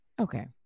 Okay